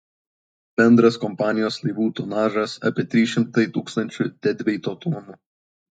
bendras kompanijos laivų tonažas apie trys šimtai tūkstančių dedveito tonų